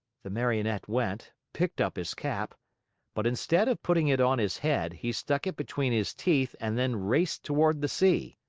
the marionette went, picked up his cap but instead of putting it on his head, he stuck it between his teeth and then raced toward the sea.